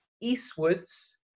eastwards